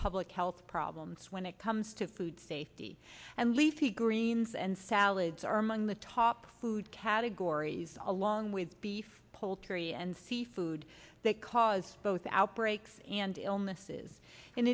public health problems when it comes to food safety and leafy greens and salads are among the top food categories along with beef poultry and seafood that cause both outbreaks and illnesses in